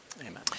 Amen